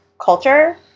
culture